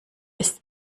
ist